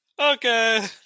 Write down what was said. Okay